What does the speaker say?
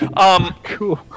Cool